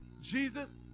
Jesus